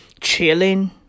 chilling